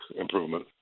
improvement